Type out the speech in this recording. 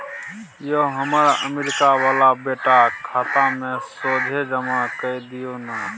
यौ हमर अमरीका बला बेटाक खाता मे सोझे जमा कए दियौ न